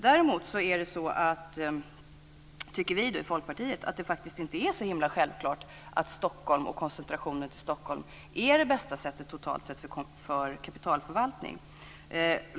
Däremot tycker vi i Folkpartiet att det faktiskt inte är så himla självklart att Stockholm och koncentrationen till Stockholm är det bästa sättet totalt sett för kapitalförvaltning.